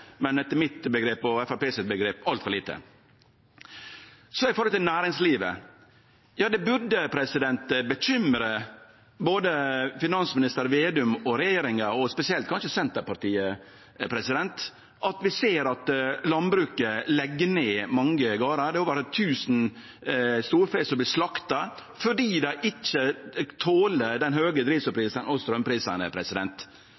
men etter mitt og Framstegspartiet sitt omgrep altfor lite. Så er det forholdet til næringslivet. Det burde bekymre både finansminister Vedum og regjeringa, og spesielt kanskje Senterpartiet, at det i landbruket vert lagt ned mange gardar. Det var 1 000 storfe som vart slakta fordi landbruket ikkje tåler dei høge